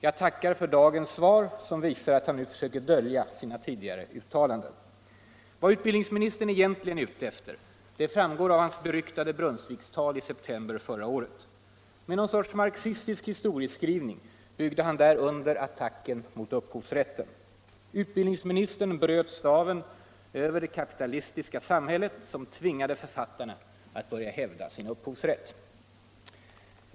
Jag tackar för dagens svar, som visar att han nu försöker dölja sina tidigare uttalanden. Vad utbildningsministern egentligen är ute efter framgår av hans beryktade Brunnsvikstal i september förra året. Med någon sorts marxistisk historieskrivning byggde han där under attacken mot upphovsrätten. Utbildningsministern bröt staven över det kapitalistiska samhället som tvingade författarna att börja hävda sin upphovsrätt.